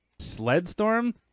Sledstorm